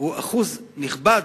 הוא אחוז נכבד,